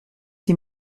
six